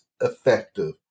effective